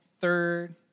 third